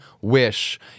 wish